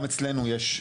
גם אצלנו יש,